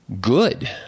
good